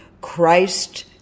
Christ